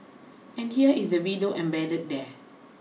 and here is the video embedded there